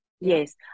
Yes